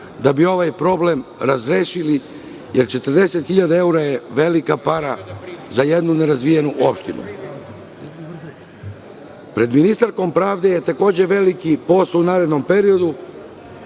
da bi ovaj problem razrešili, jer 40 hiljada evra je velika para za jednu nerazvijenu opštinu. Pred ministarkom pravde je takođe veliki posao u narednom periodu,